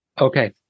Okay